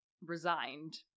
resigned